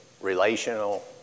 relational